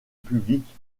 publique